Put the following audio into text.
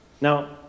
Now